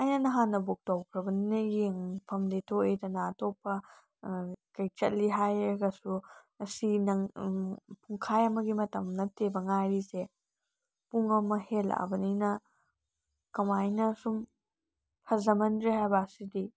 ꯑꯩꯅ ꯅꯍꯥꯟꯅ ꯕꯨꯛ ꯇꯧꯈ꯭ꯔꯕꯅꯤꯅ ꯌꯦꯡꯐꯝꯗꯤ ꯊꯣꯛꯏꯗꯅ ꯑꯇꯣꯞꯄ ꯀꯩ ꯆꯠꯂꯤ ꯍꯥꯏꯔꯒꯁꯨ ꯑꯁꯤ ꯅꯪ ꯄꯨꯡꯈꯥꯏ ꯑꯝꯒꯤ ꯃꯇꯝ ꯅꯠꯇꯦꯕ ꯉꯥꯏꯔꯤꯁꯦ ꯄꯨꯡ ꯑꯃ ꯍꯦꯜꯂꯛꯑꯕꯅꯤꯅ ꯀꯃꯥꯏꯅ ꯁꯨꯝ ꯐꯖꯃꯟꯗ꯭ꯔꯦ ꯍꯥꯏꯕ ꯁꯤꯗꯤ